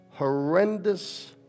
Horrendous